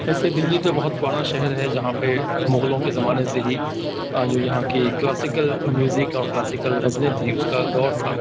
ایسے دہلی تو بہت پرانا شہر ہے جہاں پہ مغلوں کے زمانے سے ہی جو یہاں کی کلاسیکل میوزک اور کلاسیکل غزلیں تھی اس کا دور تھا